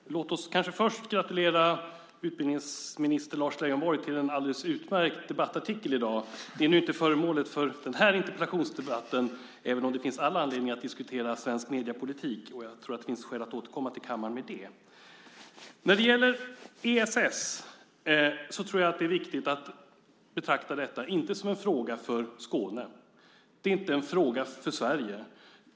Herr talman! Låt oss kanske först gratulera utbildningsminister Lars Leijonborg till en alldeles utmärkt debattartikel i dag! Det är nu inte föremålet för den här interpellationsdebatten, även om det finns all anledning att diskutera svensk mediepolitik, och jag tror att det finns skäl att återkomma till kammaren med det. När det gäller ESS tror jag att det är viktigt att inte betrakta detta som en fråga för Skåne. Det är inte en fråga för Sverige.